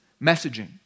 messaging